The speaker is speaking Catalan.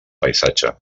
paisatge